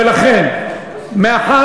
ולכן, מאחר